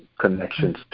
connections